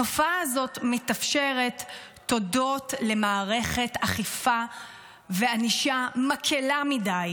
התופעה הזאת מתאפשרת תודות למערכת אכיפה וענישה מקילה מדי,